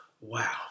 wow